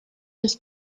was